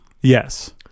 Yes